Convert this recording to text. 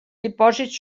dipòsits